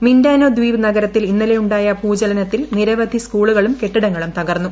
Mindanao ദ്വീപ് നഗരത്തിൽ ഇന്നലെ ഉണ്ടായ ഭൂചലനത്തിൽ നിരവധി സ്കൂളുകളും കെട്ടിടങ്ങളും തകർന്നു